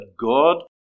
God